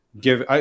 give